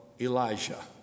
Elijah